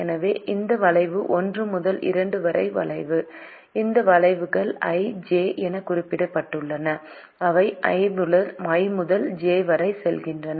எனவே இந்த வளைவு 1 முதல் 2 வரை வளைவு இந்த வளைவுகள் i j என குறிப்பிடப்படுகின்றன அவை i முதல் j வரை செல்கின்றன